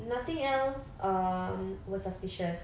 nothing else um was suspicious